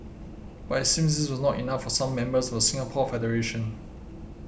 but it seems this was not enough for some members of the Singapore federation